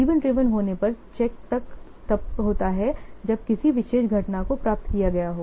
event driven होने पर check तब होता है जब किसी विशेष घटना को प्राप्त किया गया हो